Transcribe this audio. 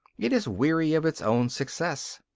it is weary of its own success.